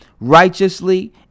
righteously